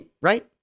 right